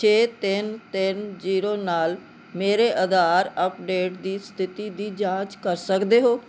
ਛੇ ਤਿੰਨ ਤਿੰਨ ਜੀਰੋ ਨਾਲ ਮੇਰੇ ਆਧਾਰ ਅਪਡੇਟ ਦੀ ਸਥਿਤੀ ਦੀ ਜਾਂਚ ਕਰ ਸਕਦੇ ਹੋ